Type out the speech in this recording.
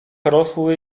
rosły